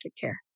care